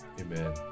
Amen